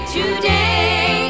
today